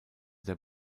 der